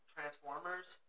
Transformers